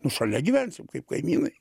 nu šalia gyvensim kaip kaimynai